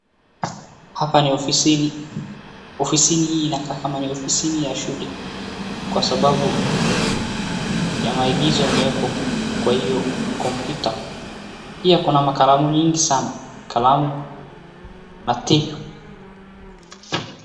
Hapa ni ofisini .Ofisini hii inakaa nikama ni ofisini ya shule kwa sababu ya maigizo imewekwa kwa hiyo kompyuta pia kuna kalamu nyingi sana